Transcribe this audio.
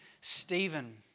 Stephen